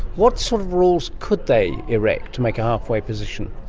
what sort of rules could they erect to make a halfway position?